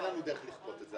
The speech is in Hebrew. אין לנו דרך לכתוב את זה